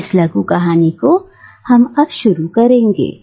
और इस लघु कहानी को हम अब शुरू करेंगे